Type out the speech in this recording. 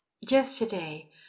Yesterday